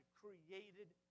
created